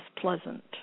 pleasant